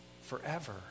forever